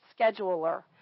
scheduler